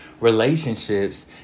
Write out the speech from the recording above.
relationships